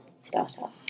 startup